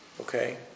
Okay